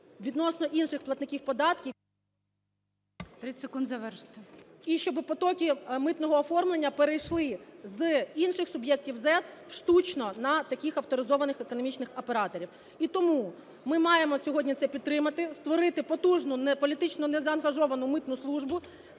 завершити. ОСТРІКОВА Т.Г. І щоби потоки митного оформлення перейшли з інших суб'єктів ЗЕД в штучно на таких авторизованих економічних операторів. І тому ми маємо сьогодні це підтримати, створити потужну, політично незаангажовану митну службу,